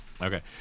Okay